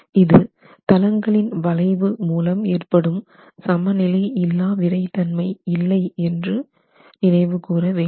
இது தளங்களின் வளைவு மூலம் ஏற்படும் சமநிலை இல்லா விறைத்தன்மை இல்லை என்று நினைவு கூறவேண்டும்